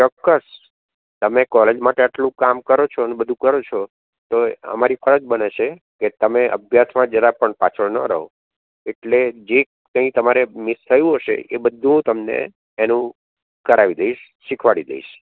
ચોક્કસ તમે કોલેજ માટે અટલું કામ કરો છો ને બધુ કરો છો તો અમારી ફરજ બને છે કે તમે અભ્યાસમાં જરા પણ પાછળ ન રહો એટલે જે કાઇ તમારે મીસ થયું હસે એ બધુ તમને એનું કરાવી દઇશ સીખવાડી દઇશ